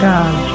God